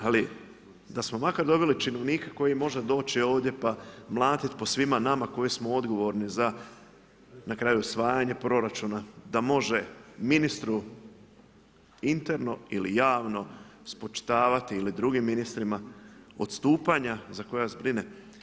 Ali da smo makar dobili činovnika koji može doći ovdje pa mlatiti po svima nama koji smo odgovorni za na kraju usvajanje proračuna, da može ministru interno ili javno spočitavati ili drugim ministrima odstupanja za koja brine.